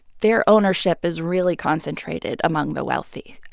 their ownership is really concentrated among the wealthy.